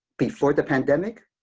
before the pandemic?